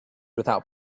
without